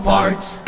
Parts